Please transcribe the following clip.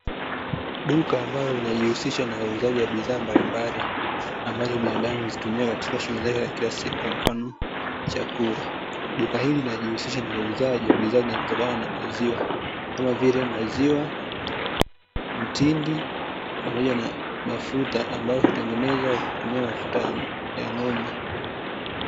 Duka ambalo linajihusisha na uuzaji wa bidhaa mbalimbali, ambazo binadamu huzitumia katika shughuli zake za kila siku, kwa mfano, chakula. Duka hili linajihusisha na uuzaji wa bidhaa zinazotokana na maziwa, kama vile: maziwa, mtindi pamoja na mafuta, ambayo hutengenezwa kwa kutumia mafuta ya ng'ombe.